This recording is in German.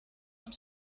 und